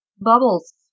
bubbles